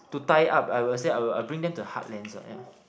to tie up I would say I'll I'll bring them to heartlands ah yeah